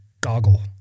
goggle